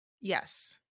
Yes